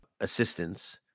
assistance